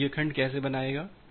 अब यह खंड कैसे बनाए गए हैं